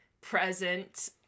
present